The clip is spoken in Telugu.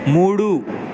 మూడు